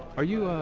are you